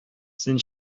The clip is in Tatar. син